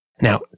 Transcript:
Now